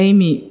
Amy